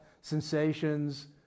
sensations